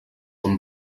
com